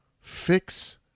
fix